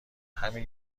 همین